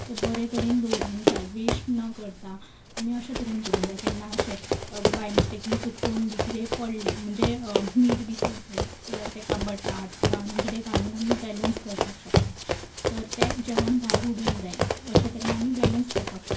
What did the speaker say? तें बरें तरेन दवरूंक जाय वेस्ट न करतां आमी अशें तरेन करूंक जाय जर केन्ना बाय मिस्टेकीन चुकून बी कितेंय पडलें म्हणजे मीठ बी चड पडलें जाल्यार तेका बटाट किंवां आनी कितेंय घालून आमी बेलंस करपाक शकता तर तें जेवण भायर उडोवंक जायना अशे तरेन आमी बेलंस करपाक शकता